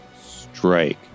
strike